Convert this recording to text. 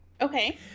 Okay